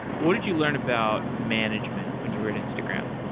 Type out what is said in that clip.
what did you learn about management when you were at instagram?